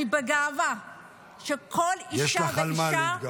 אני בגאווה שכל אישה ואישה -- יש לך על מה להתגאות.